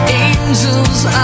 angels